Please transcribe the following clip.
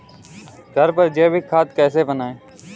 घर पर जैविक खाद कैसे बनाएँ?